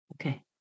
Okay